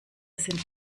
sind